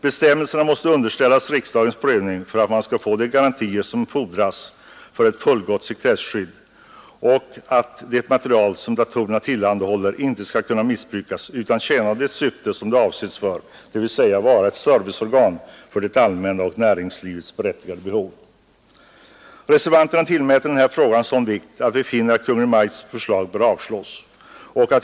Bestämmelserna måste underställas riksdagens prövning för att man skall få de garantier som fordras för ett fullgott sekretesskydd och för att det material som datorerna tillhandahåller inte skall kunna missbrukas utan tjäna det syfte som de avsetts för, dvs. vara ett serviceorgan för det allmänna och för näringslivets berättigade behov. Reservanterna i skatteutskottet tillmäter denna fråga sådan vikt att vi finner att Kungl. Maj:ts förslag bör avslås.